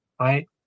right